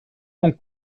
longue